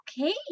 okay